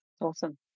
Awesome